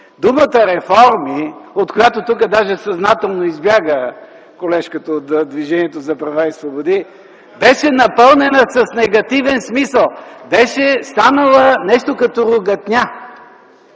думата „реформи”, от която тук даже съзнателно избяга колежката от Движението за права и свободи, беше напълнена с негативен смисъл, беше станала нещо като ругатня,